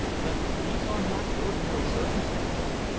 but these are not ordinary circumstances.